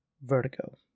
Vertigo